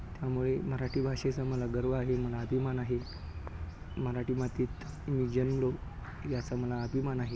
त्यामुळे मराठी भाषेचा मला गर्व आहे मला अभिमान आहे मराठी मातीत मी जन्मलो याचा मला अभिमान आहे